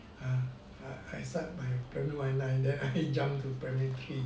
err err I start my primary one at nine then I jump to primary three